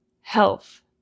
health